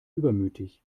übermütig